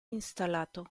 installato